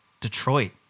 Detroit